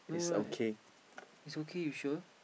no right it's okay you sure